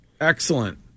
Excellent